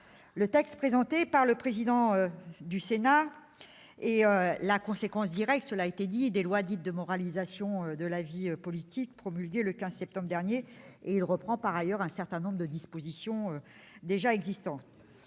Le texte présenté par le président du Sénat est la conséquence directe des lois dites de « moralisation de la vie politique » promulguées le 15 septembre dernier. Il reprend par ailleurs un certain nombre de dispositions déjà existantes.